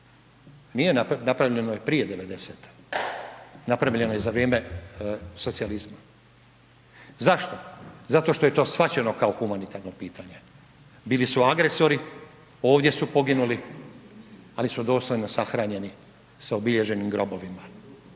napravljeno je prije 90-te. Napravljeno je za vrijeme socijalizma. Zašto? Zato što je to shvaćeno kao humanitarno pitanje. Bili su agresori. Ovdje su poginuli ali su dostojno sahranjeni sa obilježenim grobovima.